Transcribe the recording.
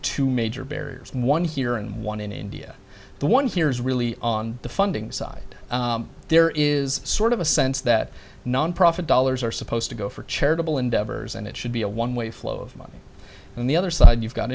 two major barriers one here and one in india the one here is really on the funding side there is sort of a sense that nonprofit dollars are supposed to go for charitable endeavors and it should be a one way flow of money and the other side you've got